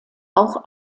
auch